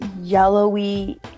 yellowy